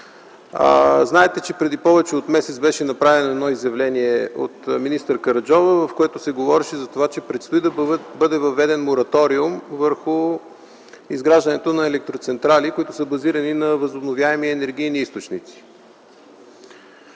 Знаете, че преди повече от месец беше направено едно изявление от министър Караджова, в което се говореше за това, че предстои да бъде въведен мораториум върху изграждането на електроцентрали, които са базирани на възобновяеми енергийни източници.